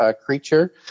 creature